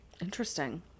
interesting